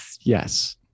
yes